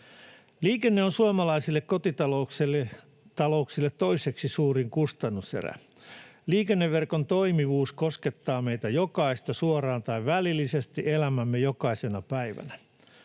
Liikenne on suomalaisille kotitalouksille toiseksi suurin kustannuserä. Liikenneverkon toimivuus koskettaa meitä jokaista, suoraan tai välillisesti, elämämme jokaisena päivänä.